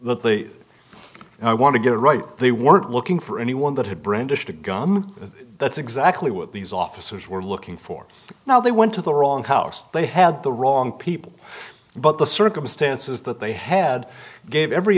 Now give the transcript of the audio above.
and i want to get it right they were looking for anyone that had brandished a gun that's exactly what these officers were looking for now they went to the wrong house they had the wrong people but the circumstances that they had gave every